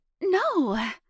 No